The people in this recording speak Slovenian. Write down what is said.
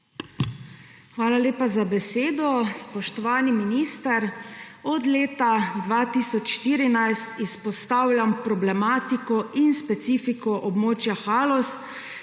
Hvala lepa za besedo. Spoštovani minister! Od leta 2014 izpostavljam problematiko in specifiko območja Haloz,